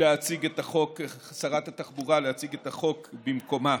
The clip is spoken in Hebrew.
שרת התחבורה, להציג את החוק במקומה,